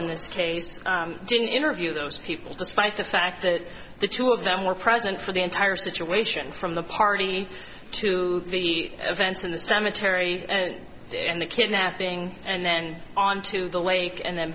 in this case didn't interview those people despite the fact that the two of them were present for the entire situation from the party to the events in the cemetery and the kidnapping and then on to the lake and then